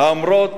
האומרות